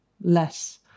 less